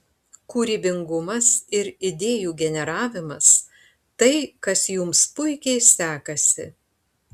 kūrybingumas ir idėjų generavimas tai kas jums puikiai sekasi